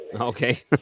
Okay